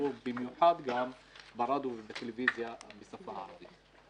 במיוחד ברדיו ובטלוויזיה בשפה הערבית.